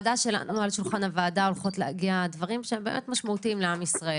לשולחן הוועדה הולכים להגיע דברים שהם באמת משמעותיים לעם ישראל,